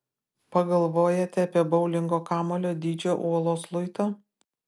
pagalvojate apie boulingo kamuolio dydžio uolos luitą